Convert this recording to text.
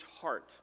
heart